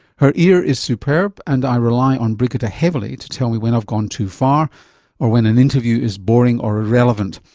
her ear is superb and i rely on brigitte heavily to tell me when i've gone too far or when an interview is boring or irrelevant,